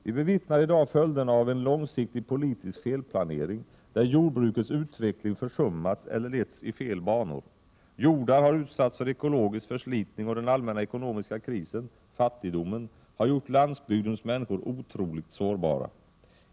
Vi bevittnar i dag följderna av en långsiktig politisk felplanering, där jordbrukets utveckling försummats eller letts i fel banor. Jordar har utsatts för ekologisk förslitning, och den allmänna ekonomiska krisen — fattigdomen — har gjort landsbygdens människor otroligt sårbara.